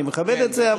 אני מכבד את זה,